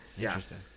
Interesting